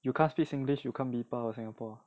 you can't speak singlish you can't be part singapore